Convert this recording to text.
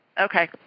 Okay